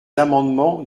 amendements